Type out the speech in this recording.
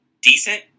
decent